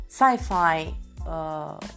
sci-fi